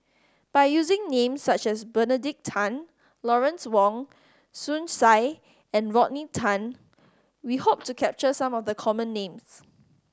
by using names such as Benedict Tan Lawrence Wong Shyun Tsai and Rodney Tan we hope to capture some of the common names